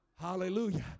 Hallelujah